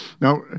Now